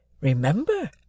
Remember